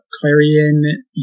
Clarion